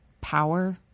power